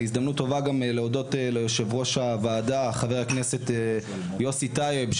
זו גם הזדמנות טובה להודות ליושב-ראש הוועדה חבר הכנסת יוסף טייב,